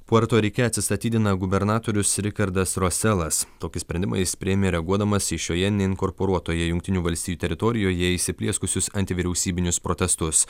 puerto rike atsistatydina gubernatorius rikardas roselas tokį sprendimą jis priėmė reaguodamas į šioje neinkorporuotoje jungtinių valstijų teritorijoje įsiplieskusius anti vyriausybinius protestus